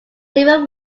several